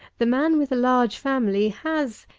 the man with a large family has,